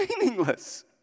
meaningless